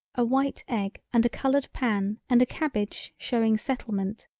a white egg and a colored pan and a cabbage showing settlement,